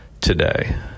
today